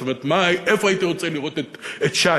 זאת אומרת, איפה הייתי רוצה לראות את שי.